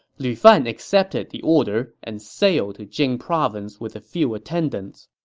lu fan accepted the order and sailed to jing province with a few attendants